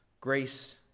grace